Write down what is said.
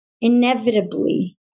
Inevitably